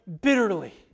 bitterly